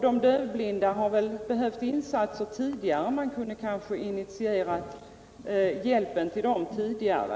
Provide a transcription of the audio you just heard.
De dövblinda har säkert behövt insatser också förut, och man kunde kanske ha initierat hjälpen till dem tidigare.